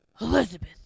Elizabeth